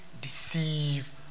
deceive